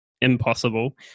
impossible